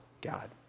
God